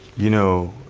you know,